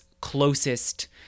closest